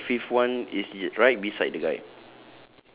then the fifth one is y~ right beside the guy